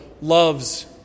loves